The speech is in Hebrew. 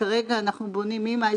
בוקר טוב, חברים.